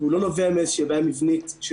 הוא לא נובע מאיזושהי בעיה מבנית של